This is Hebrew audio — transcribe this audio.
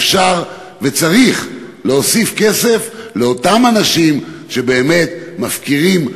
אפשר וצריך להוסיף כסף לאותם אנשים שבאמת מפקירים,